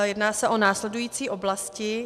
Jedná se o následující oblasti.